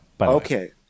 Okay